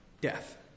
death